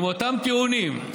עם אותם טיעונים.